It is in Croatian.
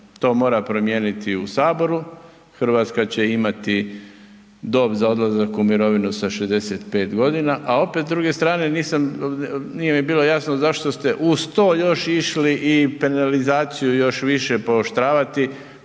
to mora promijeniti u Saboru, Hrvatska će imati dob za odlazak u mirovinu sa 65 godina, a opet, s druge strane, nisam, nije mi bilo jasno zašto ste uz to još išli penalizaciju još više pooštravati